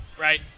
Right